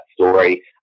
story